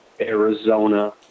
Arizona